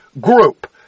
group